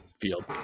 field